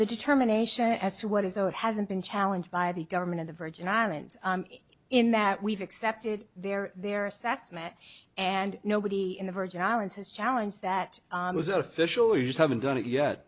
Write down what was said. the determination as to what is owed hasn't been challenged by the government of the virgin islands in that we've accepted their their assessment and nobody in the virgin islands has challenge that was official you just haven't done it yet